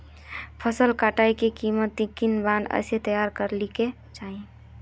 फसल कटाई के कीतना दिन बाद उसे तैयार कर ली के चाहिए?